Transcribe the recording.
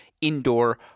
indoor